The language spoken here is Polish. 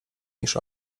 niż